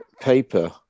paper